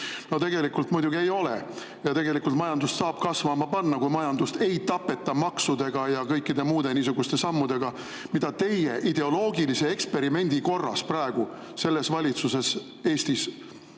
Tegelikult muidugi ei ole ja tegelikult majandust saab kasvama panna, kui majandust ei tapeta maksudega ja kõikide muude [ettevõtmistega], mida teie ideoloogilise eksperimendi korras praegu selles valitsuses Eestis